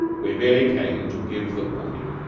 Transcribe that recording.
we merely came to give the warning.